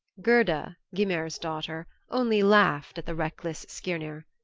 gerda, gymer's daughter, only laughed at the reckless skirnir,